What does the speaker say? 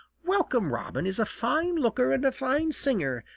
welcome robin is a fine looker and a fine singer,